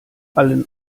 allen